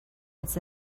it’s